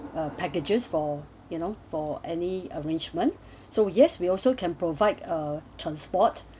a packages for you know for any arrangement so yes we also can provide a transport